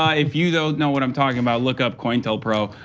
ah if you don't know what i'm talking about look up coin tell pro.